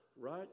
right